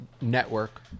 network